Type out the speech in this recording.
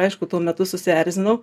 aišku tuo metu susierzinau